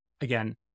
again